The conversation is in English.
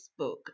facebook